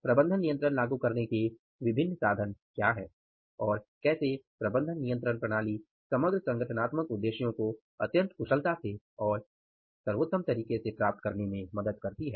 प्रबंधन नियंत्रण लागू करने के विभिन्न साधन क्या हैं और कैसे प्रबंधन नियंत्रण प्रणाली समग्र संगठनात्मक उद्देश्यों को अत्यंत कुशलता से और सर्वोत्तम तरीके से प्राप्त करने में मदद करती है